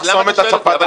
לחסום את הצפת המקצוע.